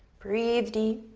breathe deep,